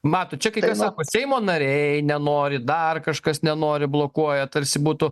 matot čia kaip sako seimo nariai nenori dar kažkas nenori blokuoja tarsi būtų